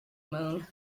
moon